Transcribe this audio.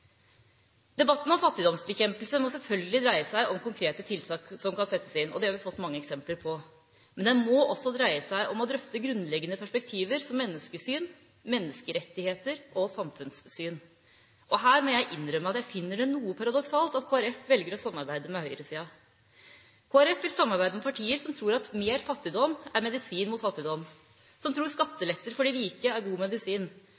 Debatten om fattigdomsbekjempelse må selvfølgelig dreie seg om konkrete tiltak som kan settes inn, og det har vi fått mange eksempler på, men den må også dreie seg om å drøfte grunnleggende perspektiver, som menneskesyn, menneskerettigheter og samfunnssyn. Og her må jeg innrømme at jeg finner det noe paradoksalt at Kristelig Folkeparti velger å samarbeide med høyresida. Kristelig Folkeparti vil samarbeide med partier som tror at mer fattigdom er medisinen mot fattigdom, som tror skattelette for de rike er god medisin,